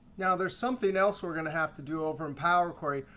now, there's something else we're going to have to do over in power query.